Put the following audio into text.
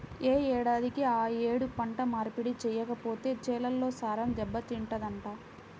యే ఏడాదికి ఆ యేడు పంట మార్పిడి చెయ్యకపోతే చేలల్లో సారం దెబ్బతింటదంట